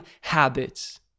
habits